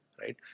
right